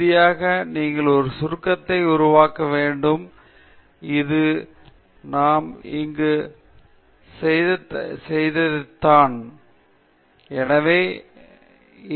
இறுதியாக நீங்கள் ஒரு சுருக்கத்தை உருவாக்க வேண்டும் இது நாம் இங்கு செய்ததைத்தான் எனவே